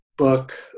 Book